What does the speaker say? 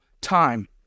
time